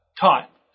taught